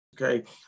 Okay